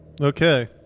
okay